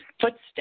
footsteps